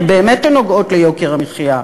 באמת, באמת שנוגעות ביוקר המחיה,